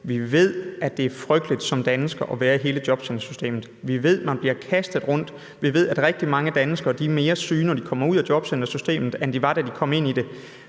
Vi ved, at det er frygteligt som dansker at være i hele jobcentersystemet. Vi ved, at man bliver kastet rundt. Vi ved, at rigtig mange danskere er mere syge, når de kommer ud af jobcentersystemet, end de var, da de kom ind i det.